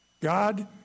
God